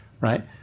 right